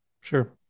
Sure